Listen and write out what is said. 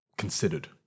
considered